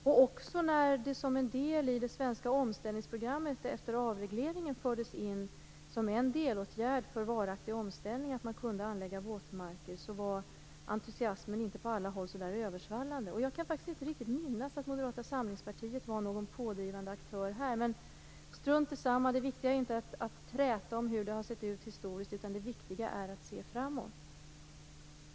Inte heller när det som en del i det svenska omställningsprogrammet efter avregleringen fördes in att man kunde anlägga våtmarker som en delåtgärd för varaktig omställning var entusiasmen på alla håll så där översvallande. Jag kan faktiskt inte riktigt minnas att Moderata samlingspartiet var någon pådrivande aktör här. Men strunt samma - det viktiga är inte att träta om hur det har sett ut historiskt, utan det viktiga är att se framåt.